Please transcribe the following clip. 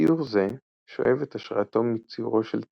ציור זה שואב את השראתו מציורו של טיציאן,